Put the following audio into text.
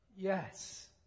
Yes